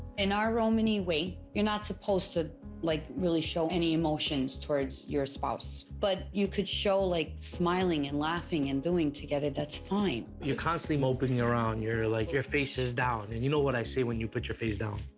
in our romani way, you're not supposed to like really show any emotions toward your spouse. but you could show like smiling and laughing and doing together, that's fine. you're constantly moping around, your face like your face is down, and you know what i say when you put your face down.